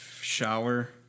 shower